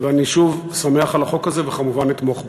ואני, שוב, שמח על החוק הזה, וכמובן אתמוך בו.